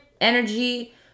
energy